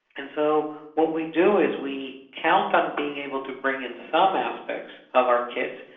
and so what we do is we count on being able to bring in some aspects of our kits,